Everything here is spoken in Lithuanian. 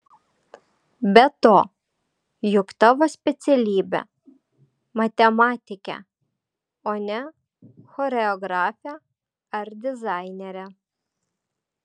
be to juk tavo specialybė matematikė o ne choreografė ar dizainerė